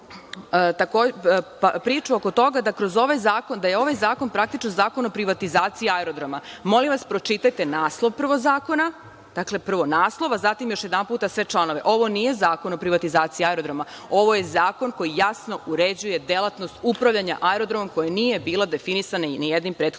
priču oko toga da je ovaj zakon praktično zakon o privatizaciji aerodroma. Molim vas, prvo pročitajte naslov zakona, zatim još jednom sve članove. Ovo nije zakon o privatizaciji aerodroma, ovo je zakon koji jasno uređuje delatnost upravljanja aerodromom koja nije bila definisana ni jednim prethodnim